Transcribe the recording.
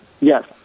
Yes